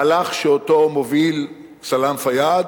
מהלך שמוביל סלאם פיאד